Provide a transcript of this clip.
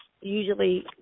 usually